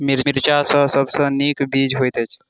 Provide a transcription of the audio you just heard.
मिर्चा मे सबसँ नीक केँ बीज होइत छै?